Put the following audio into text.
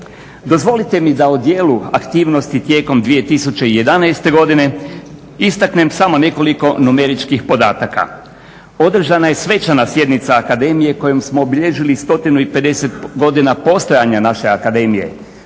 Dozvolite mi da o dijelu aktivnosti tijekom 2011. godine istaknem samo nekoliko numeričkih podataka. Održana je svečana sjednica akademije kojom smo obilježili 150 godina postojanja naše akademije,